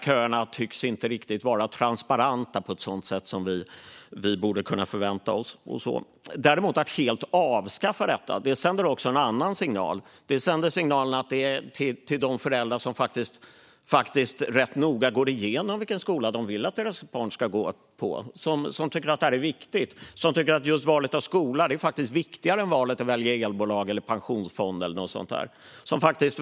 Köerna tycks inte heller vara transparenta på det sätt man kan förvänta sig. Men att helt avskaffa detta sänder fel signal till de föräldrar som noga går igenom vilken skola de vill att deras barn ska gå i och som tycker att val av skola är viktigare än valet av elbolag, pensionsfond och så vidare.